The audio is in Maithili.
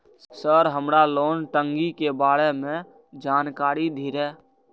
सर हमरा लोन टंगी के बारे में जान कारी धीरे?